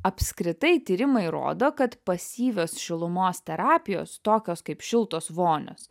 apskritai tyrimai rodo kad pasyvios šilumos terapijos tokios kaip šiltos vonios